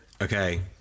Okay